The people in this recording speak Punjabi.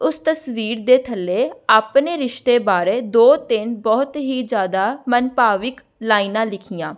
ਉਸ ਤਸਵੀਰ ਦੇ ਥੱਲੇ ਆਪਣੇ ਰਿਸ਼ਤੇ ਬਾਰੇ ਦੋ ਤਿੰਨ ਬਹੁਤ ਹੀ ਜ਼ਿਆਦਾ ਮਨਭਾਵਿਕ ਲਾਈਨਾਂ ਲਿਖੀਆਂ